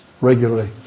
regularly